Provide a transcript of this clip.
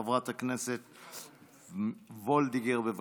חברת הכנסת וולדיגר, בבקשה.